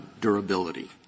durability